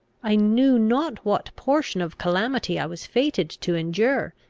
i knew not what portion of calamity i was fated to endure,